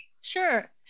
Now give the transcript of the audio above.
Sure